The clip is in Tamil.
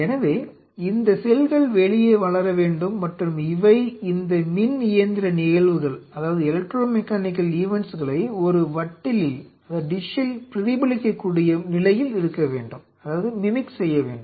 எனவே இந்த செல்கள் வெளியே வளர வேண்டும் மற்றும் இவை இந்த மின் இயந்திர நிகழ்வுகளை ஒரு வட்டிலில் பிரதிபலிக்கக்கூடிய நிலையில் இருக்க வேண்டும்